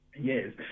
Yes